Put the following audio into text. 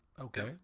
Okay